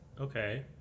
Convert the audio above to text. Okay